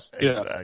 Yes